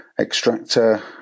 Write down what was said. extractor